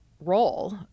role